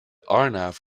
arnav